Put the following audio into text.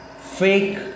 fake